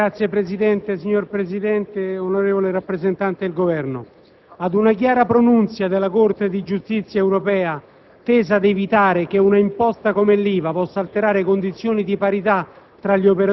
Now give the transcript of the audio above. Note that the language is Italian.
EUFEMI *(UDC)*. Signor Presidente, onorevole rappresentante del Governo, ad una chiara pronunzia della Corte di giustizia europea, tesa ad evitare che un'imposta come l'IVA potesse alterare condizioni di parità